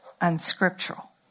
unscriptural